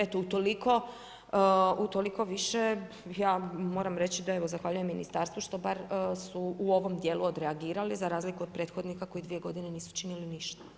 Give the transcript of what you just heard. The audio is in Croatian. Eto, utoliko više, ja moram reći, da evo, zahvaljujem ministarstvu što bar su u ovom dijelu odreagirali za razliku od prethodnika, koji 2 g. nisu činili ništa.